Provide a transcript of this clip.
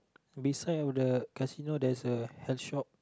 beside of the casino there is a health shop